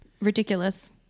Ridiculous